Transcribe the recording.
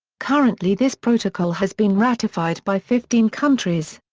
currently this protocol has been ratified by fifteen countries.